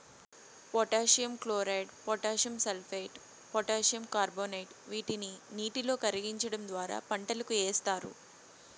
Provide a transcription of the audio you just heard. potassium chloride, potassium sulphate, potassium carbonate వీటిని నీటిలో కరిగించడం ద్వారా పంటలకు ఏస్తారు